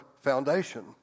foundation